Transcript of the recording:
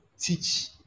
teach